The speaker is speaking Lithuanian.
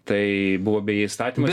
tai buvo beje įstatymas